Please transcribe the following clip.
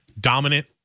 dominant